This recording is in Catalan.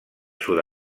sud